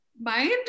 mind